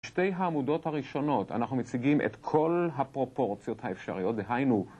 בשתי העמודות הראשונות אנחנו מציגים את כל הפרופורציות האפשריות והיינו